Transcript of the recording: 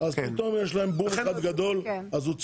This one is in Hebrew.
פתאום יש להם בום אחד גדול, אז הוא צודק.